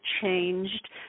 changed